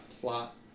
plot